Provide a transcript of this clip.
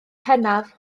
pennaf